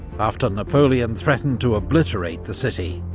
after napoleon threatened to obliterate the city,